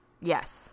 yes